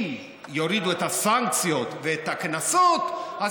אם יורידו את הסנקציות ואת הקנסות,